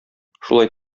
шулай